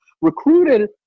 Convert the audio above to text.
recruited